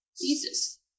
Jesus